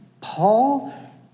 Paul